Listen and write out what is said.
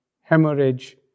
hemorrhage